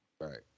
Right